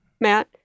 Matt